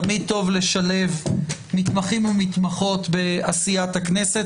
תמיד טוב לשלב מתמחים ומתמחות בעשיית הכנסת.